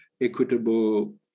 equitable